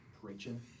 preaching